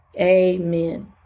Amen